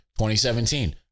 2017